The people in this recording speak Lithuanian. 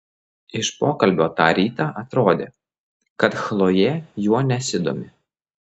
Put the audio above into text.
iš pokalbio tą rytą atrodė kad chlojė juo nesidomi